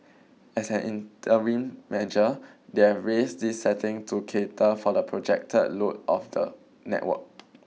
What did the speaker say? as an interim measure they have raised this setting to cater for the projected load of the network